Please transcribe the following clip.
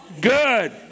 good